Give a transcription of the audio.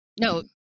No